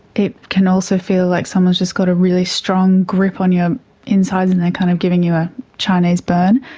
it can also feel like someone's just got a really strong grip on your insides and they are kind of giving you a chinese burn.